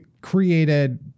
created